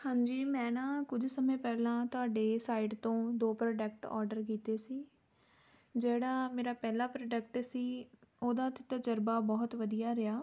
ਹਾਂਜੀ ਮੈਂ ਨਾ ਕੁਝ ਸਮੇਂ ਪਹਿਲਾਂ ਤੁਹਾਡੇ ਸਾਈਡ ਤੋਂ ਦੋ ਪ੍ਰੋਡਕਟ ਔਡਰ ਕੀਤੇ ਸੀ ਜਿਹੜਾ ਮੇਰਾ ਪਹਿਲਾ ਪ੍ਰੋਡਕਟ ਸੀ ਉਹਦਾ ਤਾਂ ਤਜਰਬਾ ਬਹੁਤ ਵਧੀਆ ਰਿਹਾ